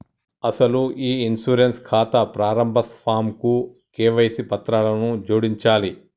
అసలు ఈ ఇన్సూరెన్స్ ఖాతా ప్రారంభ ఫాంకు కేవైసీ పత్రాలను జోడించాలి